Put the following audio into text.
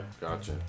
gotcha